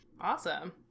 Awesome